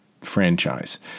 franchise